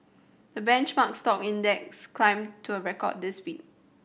the benchmark stock index climbed to a record this week